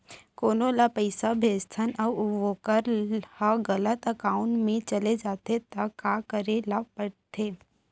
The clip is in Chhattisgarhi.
कोनो ला पइसा भेजथन अऊ वोकर ह गलत एकाउंट में चले जथे त का करे ला पड़थे?